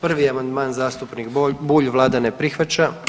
1. amandman zastupnik Bulj, vlada ne prihvaća.